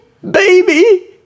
baby